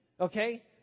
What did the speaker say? okay